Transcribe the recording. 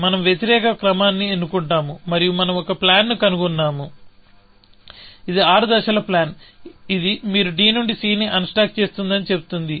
మనం వ్యతిరేక క్రమాన్ని ఎన్నుకుంటాము మరియు మనం ఒక ప్లాన్ ను కనుగొన్నాము ఇది ఆరు దశల ప్లాన్ ఇది మీరు d నుండి cని అన్స్టాక్ చేస్తుందని చెబుతుంది